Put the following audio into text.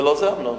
זה לא זה, אמנון?